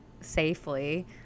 safely